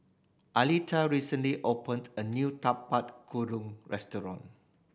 Aleta recently opened a new Tapak Kuda restaurant